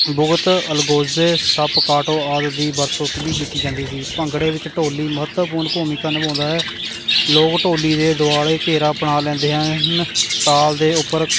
ਬਹੁਤ ਅਲਗੋਜੇ ਸੱਪ ਕਾਟੋ ਆਦਿ ਦੀ ਵਰਤੋਂ ਕਿਵੇਂ ਕੀਤੀ ਜਾਂਦੀ ਸੀ ਭੰਗੜੇ ਵਿੱਚ ਢੋਲੀ ਮਹੱਤਵਪੂਰਨ ਭੂਮਿਕਾ ਨਿਭਾਉਂਦਾ ਹੈ ਲੋਕ ਢੋਲੀ ਦੇ ਦੁਆਲੇ ਘੇਰਾ ਬਣਾ ਲੈਂਦੇ ਹਨ ਤਾਲ ਦੇ ਉੱਪਰ